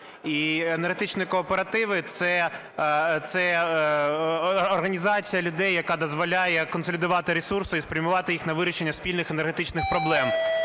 Енергетичні кооперативи – це організація людей, яка дозволяє консолідувати ресурси і спрямувати їх на вирішення спільних енергетичних проблем.